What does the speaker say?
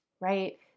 right